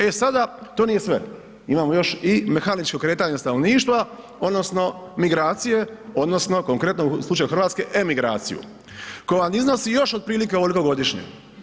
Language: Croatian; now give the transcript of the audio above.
E sada to nije sve, imamo još i mehaničko kretanje stanovništva odnosno migracije odnosno u konkretnom slučaju Hrvatske emigraciju koja vam iznosi još otprilike ovoliko godišnje.